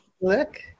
look